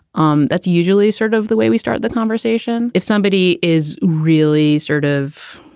um that's usually sort of the way we start the conversation if somebody is really sort of,